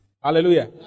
hallelujah